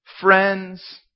friends